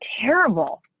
terrible